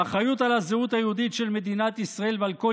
האחריות על הזהות היהודית של מדינת ישראל ועל כל